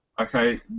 Okay